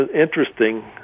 interesting